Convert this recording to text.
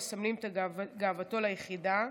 המסמלים את גאוותו ביחידה: